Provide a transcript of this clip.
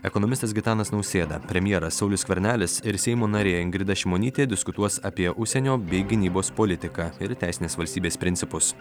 ekonomistas gitanas nausėda premjeras saulius skvernelis ir seimo narė ingrida šimonytė diskutuos apie užsienio bei gynybos politiką ir teisines valstybės principus